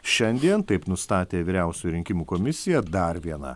šiandien taip nustatė vyriausioji rinkimų komisija dar viena